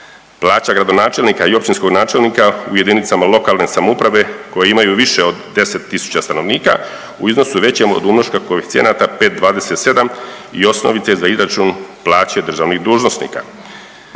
Plaća gradonačelnika i općinskog načelnika u jedinicama lokalne samouprave koje imaju više od 10 tisuća stanovnika u iznosu većem od umnoška koeficijenata 5,27 i osnovice za izračun plaće državnih dužnosnika.